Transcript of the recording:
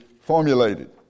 formulated